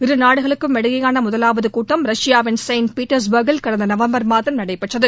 இருநாடுகளுக்கு இடையேயான முதலாவது கூட்டம் ரஷ்யாவின் செயின்ட்பர்கில் கடந்த நவம்பர் மாதம் நடைபெற்றது